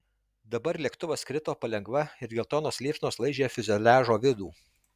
dabar lėktuvas krito palengva ir geltonos liepsnos laižė fiuzeliažo vidų